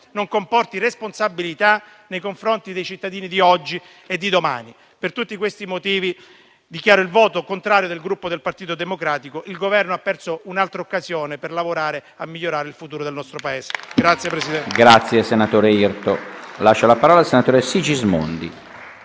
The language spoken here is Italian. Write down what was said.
non comporti responsabilità nei confronti dei cittadini di oggi e di domani. Per tutti questi motivi, dichiaro il voto contrario del Gruppo Partito Democratico. Il Governo ha perso un'altra occasione per lavorare a migliorare il futuro del nostro Paese.